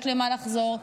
יש למה לחזור,